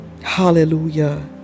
Hallelujah